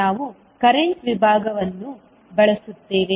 ನಾವು ಕರೆಂಟ್ ವಿಭಾಗವನ್ನು ಬಳಸುತ್ತೇವೆ